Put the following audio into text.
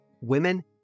women